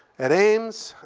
at ames?